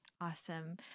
Awesome